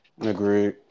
Agreed